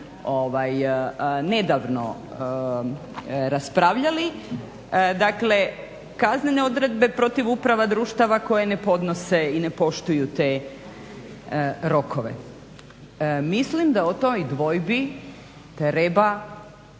nedavno raspravljali. Dakle kaznene odredbe protiv uprava, društava koje ne podnose i ne poštuju te rokove. Mislim da o toj dvojbi treba